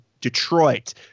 Detroit